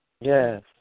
Yes